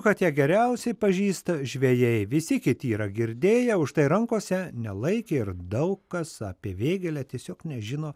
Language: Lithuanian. kad ją geriausiai pažįsta žvejai visi kiti yra girdėję užtai rankose nelaikė ir daug kas apie vėgėlę tiesiog nežino